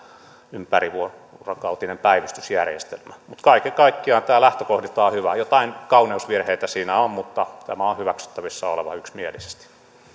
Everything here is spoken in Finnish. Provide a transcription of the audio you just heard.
ympärivuorokautinen päivystysjärjestelmä mutta kaiken kaikkiaan tämä on lähtökohdiltaan hyvä joitain kauneusvirheitä tässä on mutta tämä on on hyväksyttävissä oleva yksimielisesti